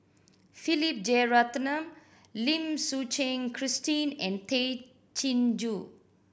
Philip Jeyaretnam Lim Suchen Christine and Tay Chin Joo